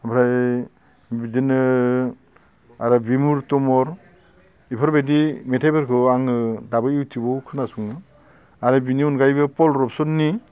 ओमफ्राय बिदिनो बिमुर थु मुर बेफोरबायदि मेथाइफोरखौ आङो दाबो इउथुबाव खोनासङो आरो बिनि अनगायैबो फल रुबसननि